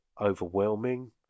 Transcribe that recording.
overwhelming